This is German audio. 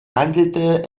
handelte